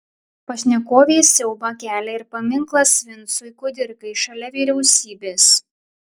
pašnekovei siaubą kelia ir paminklas vincui kudirkai šalia vyriausybės